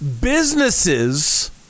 Businesses